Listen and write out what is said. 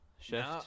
shift